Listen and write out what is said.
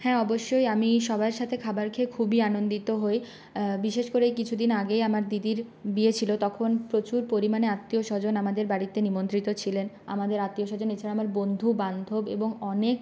হ্যাঁ অবশ্যই আমি সবার সাথে খাবার খেয়ে খুবই আনন্দিত হই বিশেষ করে এই কিছুদিন আগেই আমার দিদির বিয়ে ছিল তখন প্রচুর পরিমাণে আত্মীয় স্বজন আমাদের বাড়িতে নিমন্ত্রিত ছিলেন আমাদের আত্মীয় স্বজন এছাড়া আমার বন্ধু বান্ধব এবং অনেক